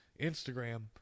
Instagram